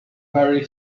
very